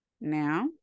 Now